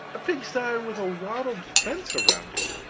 a pigsty with a wattled fence around it.